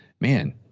man